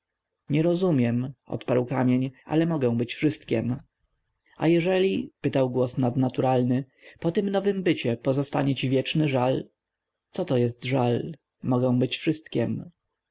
nie rozumiem odparł kamień ale mogę być wszystkiem a jeżeli pytał głos nadnaturalny po tym nowym bycie pozostanie ci wieczny żal coto jest żal mogę być wszystkiem